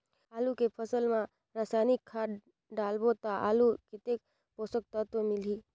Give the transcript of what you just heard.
आलू के फसल मा रसायनिक खाद डालबो ता आलू कतेक पोषक तत्व मिलही?